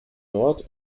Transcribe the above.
nord